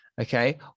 okay